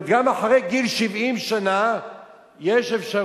זאת אומרת,